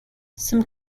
some